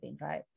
right